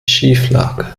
schieflage